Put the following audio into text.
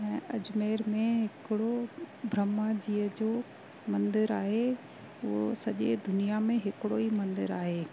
ऐं अजमेर में हिकिड़ो ब्रह्मा जीअ जो मंदरु आहे उहो सॼे दुनिया में हिकिड़ो ई मंदरु आहे